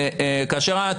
נניח כאשר עמד